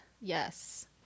Yes